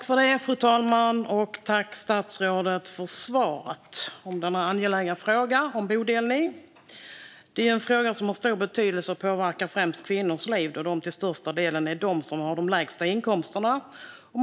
Fru talman! Tack, statsrådet, för svaret på denna angelägna fråga om bodelning! Det är en fråga som har stor betydelse och som påverkar främst kvinnors liv, då det till största delen är de som har de lägsta inkomsterna.